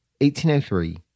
1803